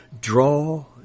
Draw